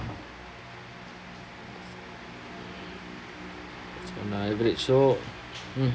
on average so